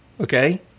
okay